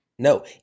No